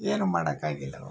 ಏನೂ ಮಾಡಕ್ಕಾಗಿಲ್ಲ ಅವು